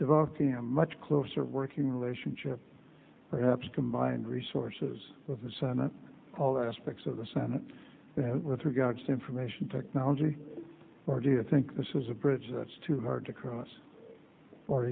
developing a much closer working relationship perhaps combined resources with all the aspects of the senate with regards to information technology or do you think this is a bridge that's too hard to cross or